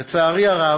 לצערי הרב,